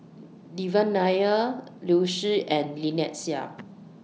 Devan Nair Liu Si and Lynnette Seah